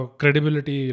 credibility